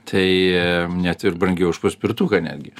tai net ir brangiau už paspirtuką netgi